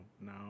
no